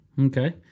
Okay